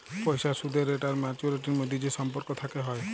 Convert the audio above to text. পইসার সুদের রেট আর ম্যাচুয়ারিটির ম্যধে যে সম্পর্ক থ্যাকে হ্যয়